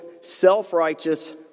self-righteous